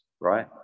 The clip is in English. right